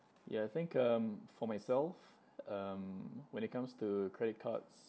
yeah I think um for myself um when it comes to credit cards